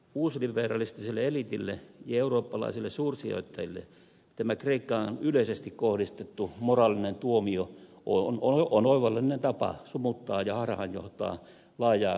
uusliberalistiselle eliitille ja eurooppalaisille suursijoittajille tämä kreikkaan yleisesti kohdistettu moraalinen tuomio on oivallinen tapa sumuttaa ja harhaanjohtaa laajaa kansalaismielipidettä